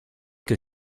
que